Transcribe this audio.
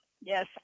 yes